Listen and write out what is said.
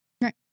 Right